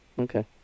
Okay